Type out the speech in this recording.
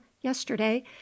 yesterday